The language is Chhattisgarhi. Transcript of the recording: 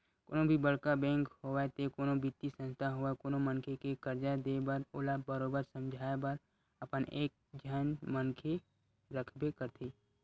कोनो भी बड़का बेंक होवय ते कोनो बित्तीय संस्था होवय कोनो मनखे के करजा देय बर ओला बरोबर समझाए बर अपन एक झन मनखे रखबे करथे